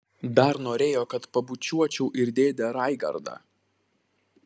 dar norėjo kad pabučiuočiau ir dėdę raigardą